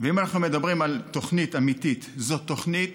ואם אנחנו מדברים על תוכנית אמיתית, זאת תוכנית,